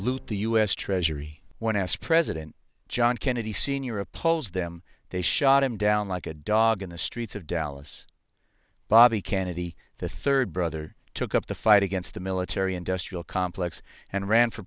loot the us treasury when asked president john kennedy sr opposed them they shot him down like a dog in the streets of dallas bobby kennedy the third brother took up the fight against the military industrial complex and ran for